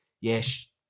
yes